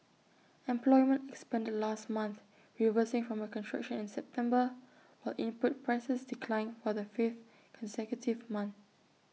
employment expanded last month reversing from A contraction in September while input prices declined for the fifth consecutive month